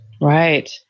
Right